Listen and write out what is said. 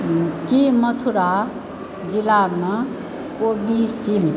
की मथुरा जिलामऽ कोविशिल्ड